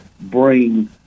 bring